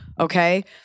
okay